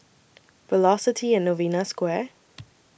Velocity and Novena Square